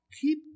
Keep